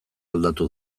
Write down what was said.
aldatu